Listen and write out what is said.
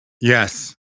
Yes